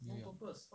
ya